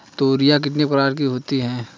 तोरियां कितने प्रकार की होती हैं?